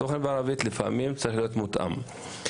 התוכן בערבית לפעמים צריך להיות מותאם.